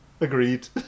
Agreed